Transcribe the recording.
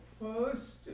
First